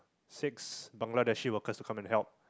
six Bangladeshi workers to come and help